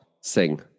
sing